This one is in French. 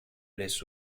laisse